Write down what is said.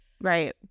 Right